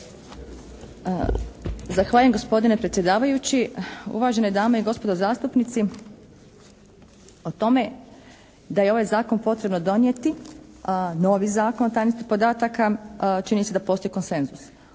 Zahvaljujem gospodine predsjedavajući, uvažene dame i gospodo zastupnici. O tome da je ovaj Zakon potrebno donijeti, novi Zakon o tajnosti podataka čini se da postoji konsenzus.